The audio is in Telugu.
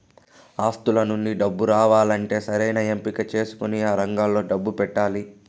ఆస్తుల నుండి డబ్బు రావాలంటే సరైన ఎంపిక చేసుకొని ఆ రంగంలో డబ్బు పెట్టాలి